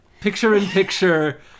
picture-in-picture